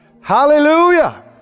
Hallelujah